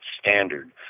standard